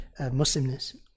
Muslimness